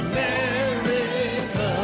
America